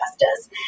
justice